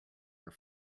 are